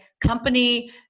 company